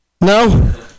No